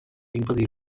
impedir